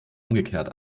umgekehrt